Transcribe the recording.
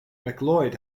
macleod